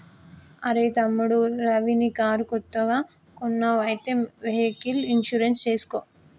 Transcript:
అరెయ్ తమ్ముడు రవి నీ కారు కొత్తగా కొన్నావ్ అయితే వెహికల్ ఇన్సూరెన్స్ చేసుకో